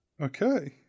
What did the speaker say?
Okay